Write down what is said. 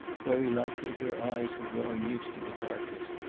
very likely her eyes were growing used to the darkness.